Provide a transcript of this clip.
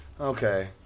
Okay